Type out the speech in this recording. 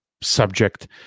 subject